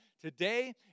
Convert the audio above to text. today